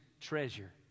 treasure